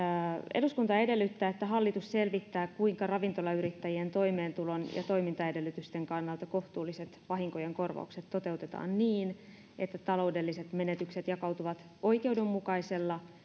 eduskunta edellyttää että hallitus selvittää kuinka ravintolayrittäjien toimeentulon ja toimintaedellytysten kannalta kohtuulliset vahinkojen korvaukset toteutetaan niin että taloudelliset menetykset jakautuvat oikeudenmukaisella